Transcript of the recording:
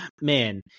man